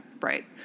Right